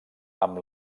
amb